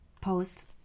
post